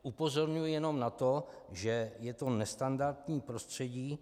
Upozorňuji jenom na to, že je to nestandardní prostředí.